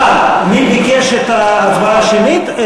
אה, מי ביקש הצבעה שמית?